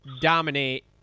dominate